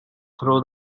through